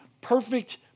perfect